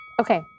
Okay